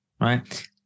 right